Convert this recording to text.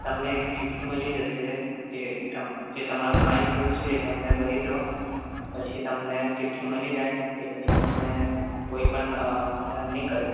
તમને એની ચિઠ્ઠી મળી જ હશે જે તમે જે તમારો ફાઇન થયો છે એ તમને ભરી દો પછી તમને ચિઠ્ઠી મળી જાય એ પછી તમને કોઈપણ હેરાન નહીં કરે